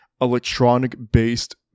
electronic-based